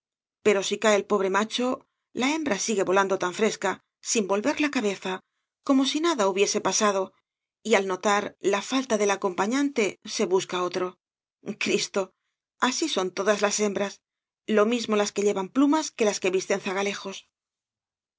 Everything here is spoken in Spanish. pero si cae el pobre macho la hembra sigue volando tan fresca sin volver la cabeza como si nada hubiese pasado y al notar la falta del acompañante se busca otro cristo asi son todas las hembras lo mismo las que llevan plumas que las que visten zagalejos